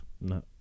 No